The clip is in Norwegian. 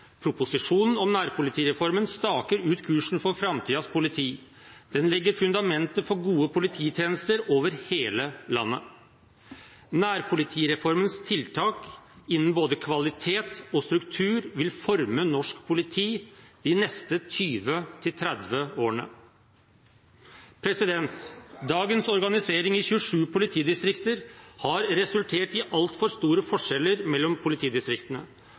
Proposisjonen om nærpolitireformen staker ut kursen for framtidens politi. Den legger fundamentet for gode polititjenester over hele landet. Nærpolitireformens tiltak innen både kvalitet og struktur vil forme norsk politi de neste 20–30 årene. Dagens organisering i 27 politidistrikter har resultert i altfor store forskjeller mellom politidistriktene